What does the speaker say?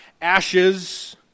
Ashes